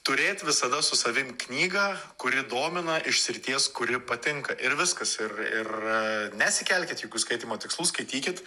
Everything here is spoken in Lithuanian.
turėt visada su savim knygą kuri domina iš srities kuri patinka ir viskas ir ir nesikelkit jokių skaitymo tikslų skaitykit